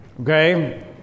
okay